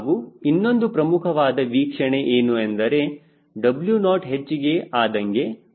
ಹಾಗೂ ಇನ್ನೊಂದು ಪ್ರಮುಖವಾದ ವೀಕ್ಷಣೆ ಏನು ಎಂದರೆ W0 ಹೆಚ್ಚಿಗೆ ಆದಂಗೆ ಅದು ಕಡಿಮೆಯಾಗುತ್ತದೆ